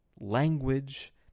language